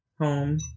home